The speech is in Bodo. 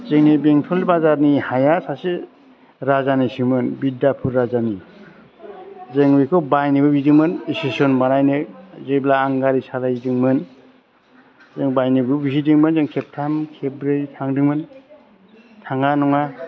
जोंनि बेंटल बाजारनि हाया सासे राजानिसोमोन बिद्यापुर राजानि जों बेखौ बायनोबो बिदोंमोन एस'सियेस'न बानायनो जेब्ला आं गारि सालायदोंमोन जों बायनोबो बिहैदोंमोन जों खेब्थाम खेबब्रै थांदोंमोन थाङा नङा